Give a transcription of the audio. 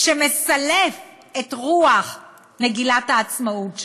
שמסלף את רוח מגילת העצמאות שלנו?